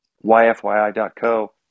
yfyi.co